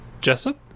Jessup